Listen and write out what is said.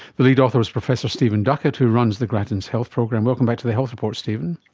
the lead author was professor stephen duckett who runs the grattan's health program. welcome back to the health report, stephen.